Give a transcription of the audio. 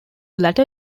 latter